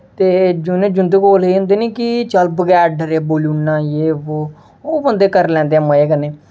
ते जिं'दे कोल एह् होंदे न कि चल बगैर डरे बोली ओड़ना यह वो ओह् बंदे करी लैंदे मजे कन्नै